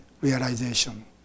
Realization